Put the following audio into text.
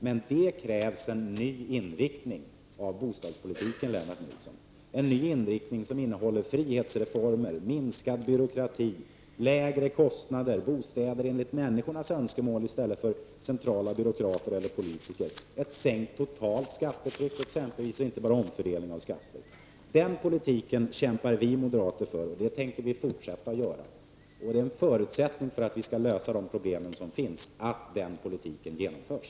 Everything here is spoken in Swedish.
För detta krävs en ny inriktning av bostadspolitiken, Lennart Nilsson, en ny inriktning som innehåller frihetsreformer, minskad byråkrati, lägre kostnader, bostäder efter människors önskemål i stället för enligt centrala byråkraters eller politikers och ett sänkt totalt skattetryck -- inte bara omfördelning av skatten. Det är den politik som vi moderater kämpar för och det tänker vi fortsätta att göra. Att denna politik genomförs är en förutsättning för att man skall kunna lösa de problem som finns.